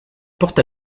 porte